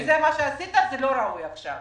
כי זה מה שעשית, זה לא ראוי עכשיו.